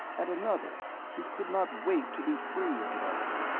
at another, he could not wait to be free of it all.